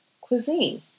cuisine